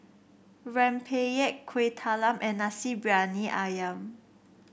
Rempeyek Kueh Talam and Nasi Briyani ayam